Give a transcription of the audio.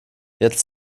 jetzt